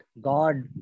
God